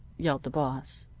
yelled the boss,